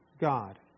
God